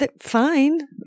fine